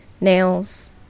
Nails